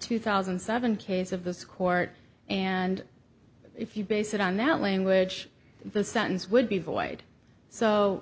two thousand and seven case of this court and if you base it on that language the sentence would be void so